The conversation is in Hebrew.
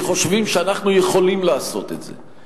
כי חושבים שאנחנו יכולים לעשות את זה.